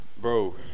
Bro